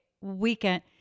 weekend